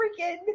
Freaking